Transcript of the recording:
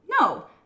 no